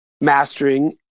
mastering